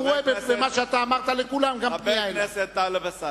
הוא רואה במה שאמרת לכולם גם פנייה אליו.